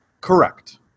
Correct